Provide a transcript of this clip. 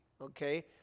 okay